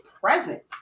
present